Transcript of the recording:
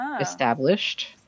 established